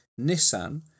Nissan